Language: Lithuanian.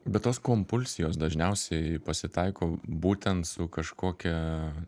bet tos kompulsijos dažniausiai pasitaiko būtent su kažkokia